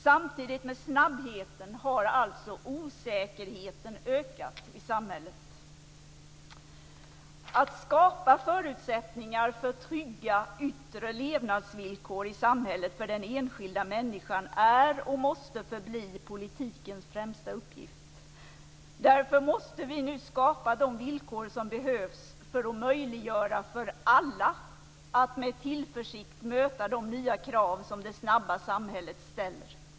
Samtidigt med snabbheten har alltså osäkerheten ökat i samhället. Att skapa förutsättningar för trygga yttre levnadsvillkor i samhället för den enskilda människan är och måste förbli politikens främsta uppgift. Därför måste vi nu skapa de villkor som behövs för att möjliggöra för alla att med tillförsikt möta de nya krav som det snabba samhället ställer.